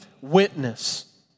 witness